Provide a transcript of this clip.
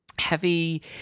heavy